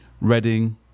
Reading